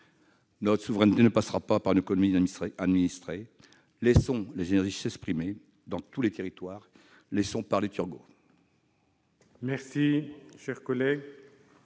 Notre souveraineté ne passera pas par le recours à une économie administrée. Laissons les énergies s'exprimer dans tous les territoires. Laissons parler Turgot